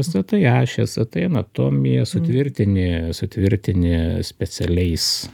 atstatai ašį atstatai anatomiją sutvirtini sutvirtini specialiais